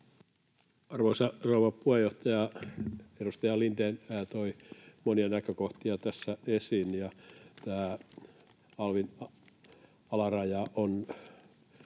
Arvoisa rouva puheenjohtaja! Edustaja Lindén toi monia näkökohtia tässä esiin. Tämä alvin alaraja on